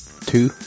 two